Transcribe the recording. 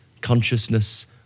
consciousness